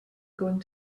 going